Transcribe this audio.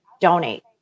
donate